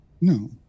no